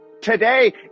today